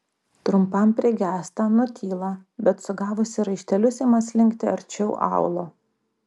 trumpam prigęsta nutyla bet sugavusi raištelius ima slinkti arčiau aulo